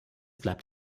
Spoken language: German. bleibt